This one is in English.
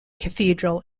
cathedral